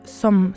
som